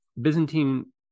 Byzantine